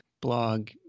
blog